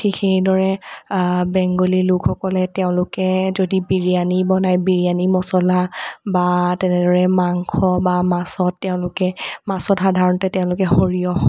ঠিক সেইদৰে বেংগলী লোকসকলে তেওঁলোকে যদি বিৰিয়ানী বনায় বিৰিয়ানী মচলা বা তেনেদৰে মাংস বা মাছত তেওঁলোকে মাছত সাধাৰণতে তেওঁলোকে সৰিয়হ